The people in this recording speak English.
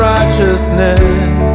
Righteousness